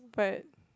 but